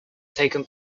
taken